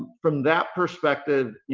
from that perspective,